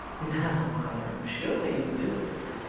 now, i am sure you do